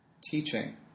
teaching